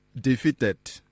defeated